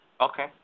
Okay